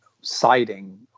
siding